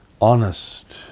honest